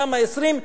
למה 20?